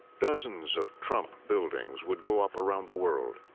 dozens of trump buildings would go up around the world,